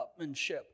upmanship